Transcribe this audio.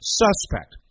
suspect